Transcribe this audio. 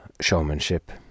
showmanship